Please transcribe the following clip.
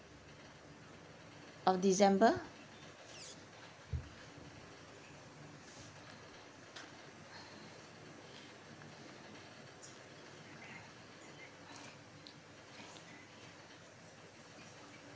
of december